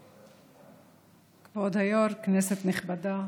כבוד היו"ר, כנסת נכבדה.